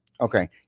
Okay